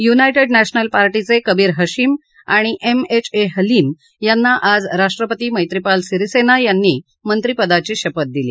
United National पार्टीचे कबीर हशिम आणि M H A Haleem यांना आज राष्ट्रपती मैत्रिपाल सिरिसेना यांनी मंत्रीपदाची शपथ दिली